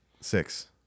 Six